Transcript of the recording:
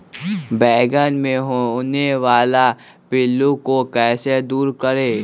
बैंगन मे होने वाले पिल्लू को कैसे दूर करें?